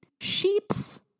sheeps